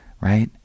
right